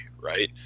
right